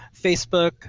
Facebook